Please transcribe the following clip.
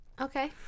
Okay